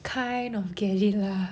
kind of get it lah